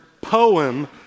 poem